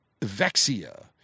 vexia